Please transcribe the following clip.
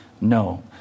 no